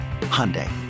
Hyundai